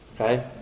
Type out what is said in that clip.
Okay